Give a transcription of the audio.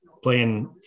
playing